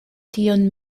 tion